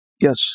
yes